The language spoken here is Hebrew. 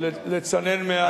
מאה אחוז.